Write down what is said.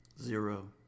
Zero